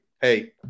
Hey